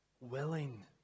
Willing